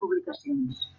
publicacions